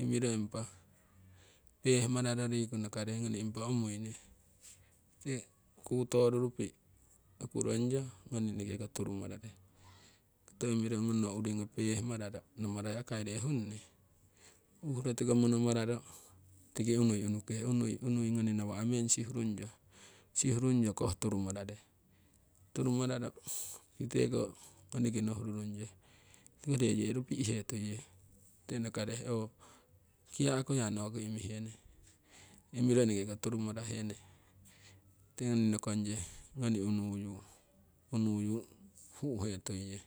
imiro impa pehmararo riku nakare ngoni impa umuine tiki tee kuto rurupi' okurongyo, ngoni eneke ko turumarare koto imiro ogo rono urigo peh mararo namarare akai re hunni uhuro tiko mono mararo tiki unui unuke unui ngoni nawa' meng sihu rungyo koh turumarare. Turumararo tikite ko ngoniki nohu rurungye tiko ree yeru pi'he tuiye tikite nakare kiyaku yaa noki imihene, imiro eneke ko turu marahene tikite ngoni nokongye ngoni unuyu hu'hee tuiye.